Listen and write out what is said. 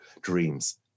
dreams